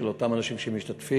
של אותם אנשים שמשתתפים,